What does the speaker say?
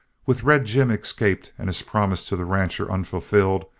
with red jim escaped and his promise to the rancher unfulfilled,